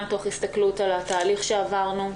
גם תוך הסתכלות על התהליך שעברנו.